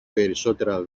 περισσότερα